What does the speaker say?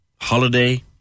holiday